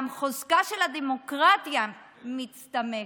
גם חוזקה של הדמוקרטיה מצטמק,